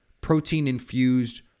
protein-infused